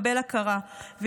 יקבל הכרה,